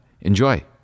enjoy